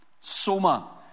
Soma